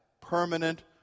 permanent